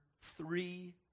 three